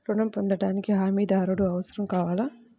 ఋణం పొందటానికి హమీదారుడు అవసరం కావాలా?